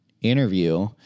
interview